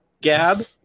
Gab